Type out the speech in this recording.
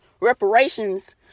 reparations